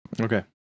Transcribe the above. Okay